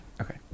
Okay